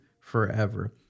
forever